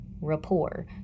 rapport